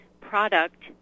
product